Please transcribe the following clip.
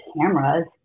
cameras